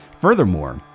Furthermore